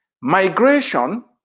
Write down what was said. migration